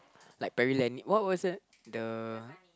like what was it the